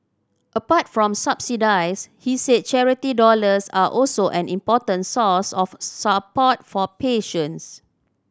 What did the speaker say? apart from subsidies he said charity dollars are also an important source of support for patients